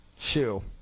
shoe